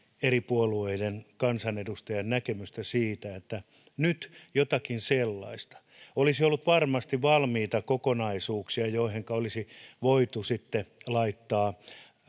eri puolueiden kansanedustajien näkemystä siitä että nyt jotakin sellaista olisi ollut varmasti valmiita kokonaisuuksia joihinka olisi voitu sitten laittaa